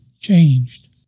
changed